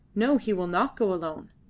no, he will not go alone,